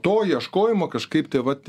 to ieškojimo kažkaip tai vat